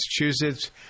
Massachusetts